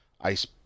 ice